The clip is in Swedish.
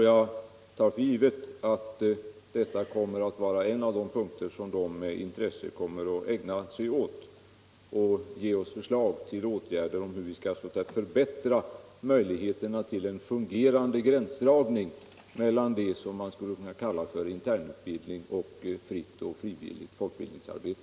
Jag tar för givet att just den här saken kommer att vara en av de punkter som utredningen med intresse kommer att ägna sig åt och att den kommer att ge oss förslag på åtgärder för att förbättra möjligheterna att göra en fungerande gränsdragning mellan vad man skulle kunna kalla för intern utbildning och fritt och frivilligt folkbildningsarbete.